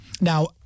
Now